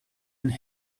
and